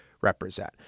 represent